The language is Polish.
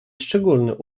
szczególny